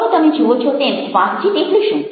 હવે તમે જુઓ છો તેમ વાતચીત એટલે શું